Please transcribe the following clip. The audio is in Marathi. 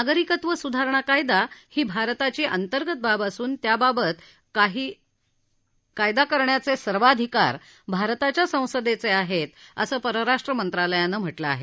नागरिकत्व सुधारणा कायदा ही भारताची अंतर्गत बाब असून त्याबाबत कायदा करण्याचे सर्वाधिकार भारतीय संसदेचे आहेत असं परराष्ट्र व्यवहार मंत्रालयानं म्हानिं आहे